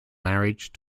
marriage